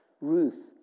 Ruth